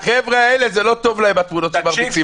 לחבר'ה האלה, זה לא טוב להם התמונות שמרביצים.